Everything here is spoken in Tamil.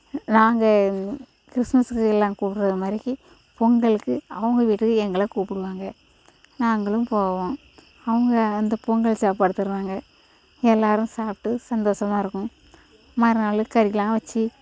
நாங்கள் கிறிஸ்மஸுக்கு எல்லாம் கூப்பிடுறது மாதிரிக்கி பொங்கலுக்கு அவங்க வீட்டுக்கு எங்களை கூப்பிடுவாங்க நாங்களும் போவோம் அவங்க அந்த பொங்கல் சாப்பாடு தருவாங்க எல்லோரும் சாப்பிட்டு சந்தோஷமா இருக்கும் மறுநாள் கறிலாம் வெச்சு